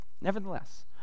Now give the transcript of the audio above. nevertheless